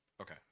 Okay